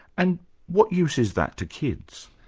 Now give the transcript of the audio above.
and what use is that to kids?